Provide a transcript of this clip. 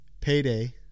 Payday